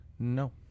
No